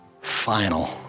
final